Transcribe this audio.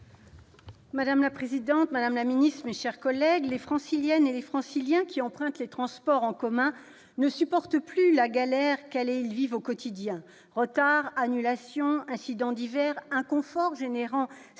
Madame la présidente, madame la ministre, mes chers collègues, les Franciliennes et les Franciliens qui empruntent les transports en commun ne supportent plus la galère qu'elles ou ils vivent au quotidien : retards, annulations, incidents divers, inconfort générant